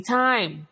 time